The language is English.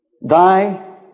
Thy